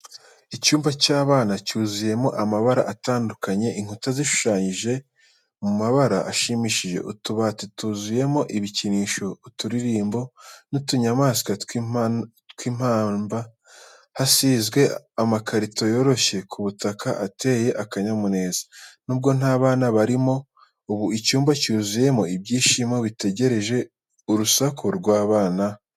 Icyumba cy’abana cyuzuyemo amabara atandukanye, inkuta zishushanyije mu mabara ashimishije, utubati twuzuyemo ibikinisho, uturirimbo n’utunyamaswa tw’ipamba. Hasizwe amakarito yoroshye ku butaka, ateye akanyamuneza. Nubwo nta bana barimo ubu, icyumba cyuzuyemo ibyishimo bitegereje urusaku rwabo bana.